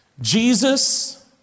Jesus